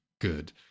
good